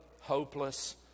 hopeless